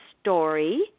story